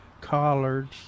collards